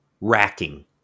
Racking